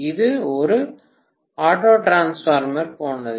இது ஒரு auto transformer போன்றது